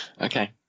Okay